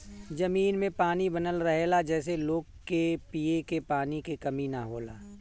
जमीन में पानी बनल रहेला जेसे लोग के पिए के पानी के कमी ना होला